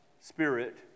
spirit